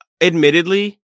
admittedly